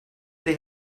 they